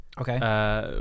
Okay